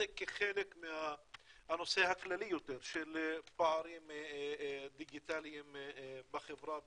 כחלק מהנושא הכללי יותר של פערים דיגיטליים בחברה בישראל,